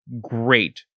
great